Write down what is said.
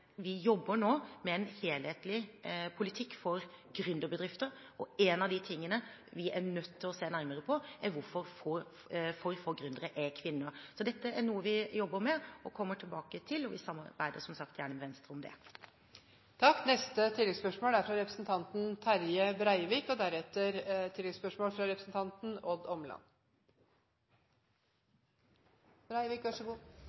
Vi jobber nå med en helhetlig politikk for gründerbedrifter, og en av de tingene vi er nødt til å se nærmere på, er hvorfor for få gründere er kvinner. Så dette er noe vi jobber med og kommer tilbake til, og vi samarbeider som sagt gjerne med Venstre om